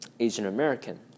Asian-American